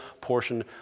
portion